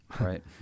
Right